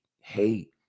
hate